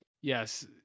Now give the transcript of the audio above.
yes